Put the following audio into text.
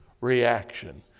reaction